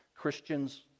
Christians